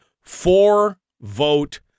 four-vote